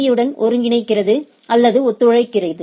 பீ யுடன் ஒருங்கிணைக்கிறது அல்லது ஒத்துழைக்கிறது